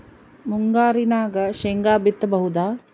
ಮುಂಗಾರಿನಾಗ ಶೇಂಗಾ ಬಿತ್ತಬಹುದಾ?